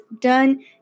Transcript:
done